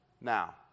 now